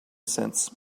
since